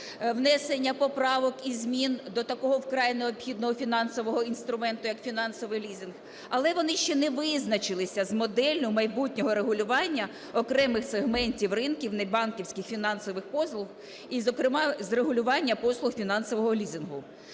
внесення поправок і змін до такого вкрай необхідного фінансового інструменту, як фінансовий лізинг, але вони ще не визначилися з моделлю майбутнього регулювання окремих сегментів ринків небанківських фінансових послуг, і, зокрема, з регулювання послуг фінансового лізингу.